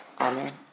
Amen